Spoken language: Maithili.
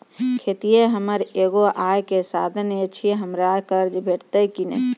खेतीये हमर एगो आय के साधन ऐछि, हमरा कर्ज भेटतै कि नै?